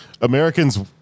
Americans